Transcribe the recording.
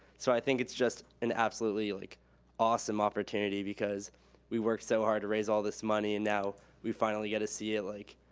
so i think it's just an absolutely like awesome opportunity because we worked so hard to raise all this money and now we finally get to see it, like